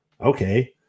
Okay